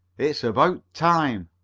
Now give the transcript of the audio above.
it's about time.